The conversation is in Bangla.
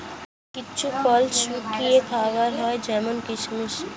কিছু ফল শুকিয়ে খাওয়া হয় যেমন কিসমিস